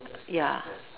ya